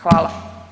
Hvala.